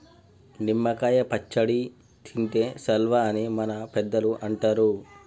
నిమ్మ కాయ పచ్చడి తింటే సల్వా అని మన పెద్దలు అంటరు